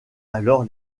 alors